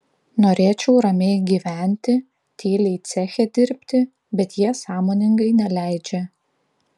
norėčiau ramiai gyventi tyliai ceche dirbti bet jie sąmoningai neleidžia